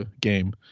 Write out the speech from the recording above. game